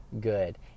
good